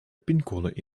pincode